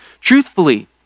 Truthfully